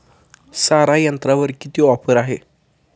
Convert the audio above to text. सारा यंत्रावर किती ऑफर आहे?